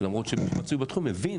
למרות שמי שמצוי בתחום הבין